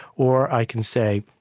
or i can say,